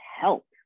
help